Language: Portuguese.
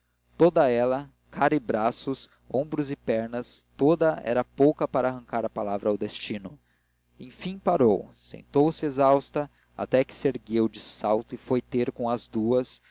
toda ela cara e braços ombros e pernas toda era pouca para arrancar a palavra ao destino enfim parou sentou-se exausta até que se ergueu de salto e foi ter com